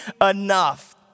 enough